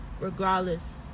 regardless